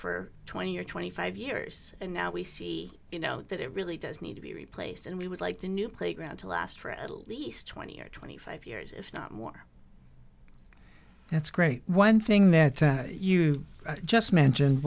for twenty or twenty five years and now we see you know that it really does need to be replaced and we would like the new playground to last for at least twenty or twenty five years if not more that's great one thing that you just mentioned